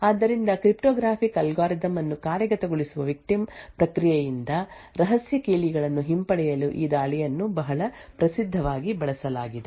ಆದ್ದರಿಂದ cryptographic algorithm ಅನ್ನು ಕಾರ್ಯಗತಗೊಳಿಸುವ ವಿಕ್ಟಿಮ್ ಪ್ರಕ್ರಿಯೆಯಿಂದ ರಹಸ್ಯ ಕೀಲಿಗಳನ್ನು ಹಿಂಪಡೆಯಲು ಈ ದಾಳಿಯನ್ನು ಬಹಳ ಪ್ರಸಿದ್ಧವಾಗಿ ಬಳಸಲಾಗಿದೆ